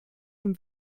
dem